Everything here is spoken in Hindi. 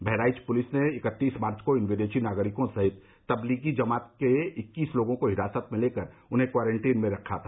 बहराइच पुलिस ने इकत्तीस मार्च को इन विदेशी नागरिकों सहित तब्लीगी जमात के इक्कीस लोगों को हिरासत में लेकर उन्हें क्वारंटीन में रखा था